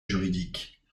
juridique